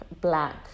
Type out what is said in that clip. black